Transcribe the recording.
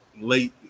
late